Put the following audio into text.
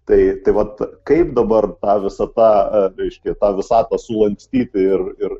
tai tai vat kaip dabar ta visata reiškia tą visatą sulankstyti ir ir